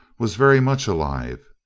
was very much alive.